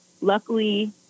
Luckily